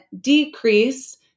decrease